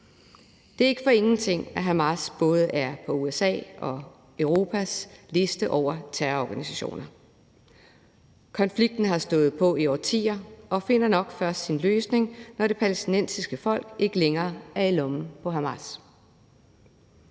Det er ikke for ingenting, at Hamas både er på USA og EU's liste over terrororganisationer. Konflikten har stået på i årtier og finder nok først sin løsning, når det palæstinensiske folk ikke længere er i lommen på Hamas.